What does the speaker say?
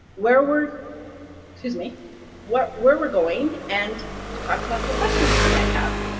where we're excuse me where we're we're going, and talk about some questions that you might have.